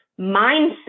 mindset